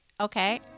okay